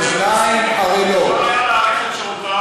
אני מדבר על,